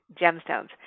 gemstones